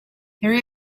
there